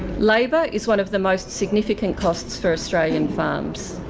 labour is one of the most significant costs for australian farms.